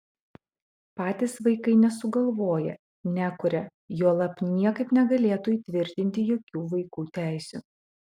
patys vaikai nesugalvoja nekuria juolab niekaip negalėtų įtvirtinti jokių vaikų teisių